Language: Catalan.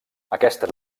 aquestes